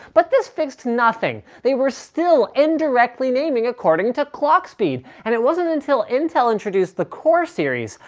but this fixed nothing. they were still indirectly naming according to clock speed, and it wasn't until intel introduced the core series,